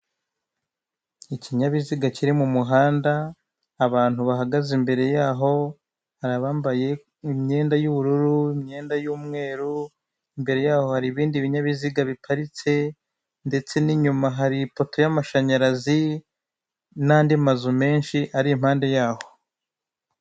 Ikinyabiziga kiri mu muhanda, abantu bahagaze imbere yaho, hari abambaye imyenda y'ubururu, imyenda y'umweru, imbere yaho hari ibindi binyabiziga biparitse, ndetse n'inyuma hari ipoto y'amashanyarazi n'andi mazu menshi ari impande yaho.